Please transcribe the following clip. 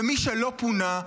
ומי שלא פונו,